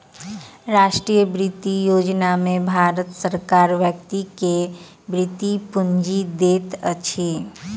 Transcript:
राष्ट्रीय वृति योजना में भारत सरकार व्यक्ति के वृति पूंजी दैत अछि